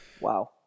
wow